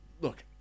Look